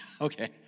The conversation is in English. Okay